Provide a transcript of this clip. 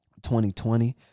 2020